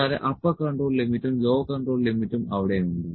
കൂടാതെ upper control ലിമിറ്റും lower control ലിമിറ്റും അവിടെ ഉണ്ട്